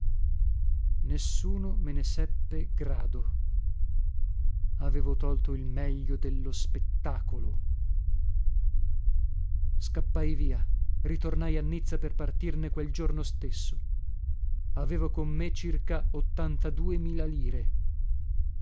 nessuno me ne seppe grado avevo tolto il meglio dello spettacolo scappai via ritornai a nizza per partirne quel giorno stesso avevo con me circa ottantaduemila lire